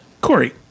Corey